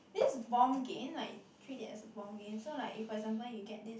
this bomb game like you treat it as a bomb game so like if for example you get this